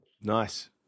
Nice